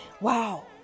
Wow